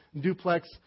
duplex